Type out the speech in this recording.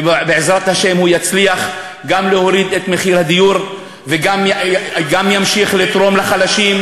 ובעזרת השם הוא יצליח גם להוריד את מחירי הדיור וגם ימשיך לתרום לחלשים,